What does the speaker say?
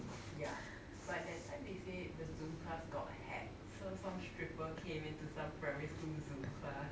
ya but that time they say the zoom class got hacked so some stripper came into some primary school zoom class